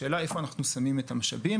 השאלה איפה אנחנו שמים את המשאבים,